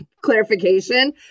Clarification